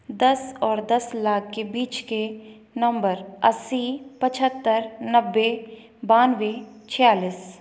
दस और दस लाख के बीच के नंबर अस्सी पचहत्तर नब्बे बानवे छियालीस